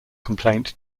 complaint